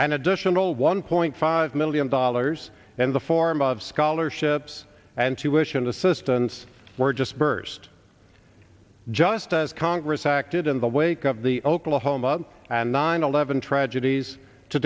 an additional one point five million dollars in the form of scholarships and tuition assistance were just burst just as congress acted in the wake of the oklahoma and nine eleven tragedies to